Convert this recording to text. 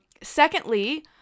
secondly